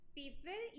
people